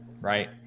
right